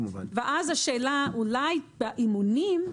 ואז השאלה אולי באימונים,